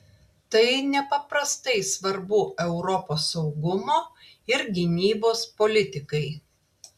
tai nepaprastai svarbu europos saugumo ir gynybos politikai